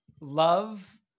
love